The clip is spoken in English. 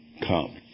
come